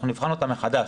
אנחנו נבחן אותה מחדש.